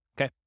Okay